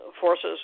forces